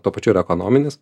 tuo pačiu ir ekonominis